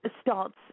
starts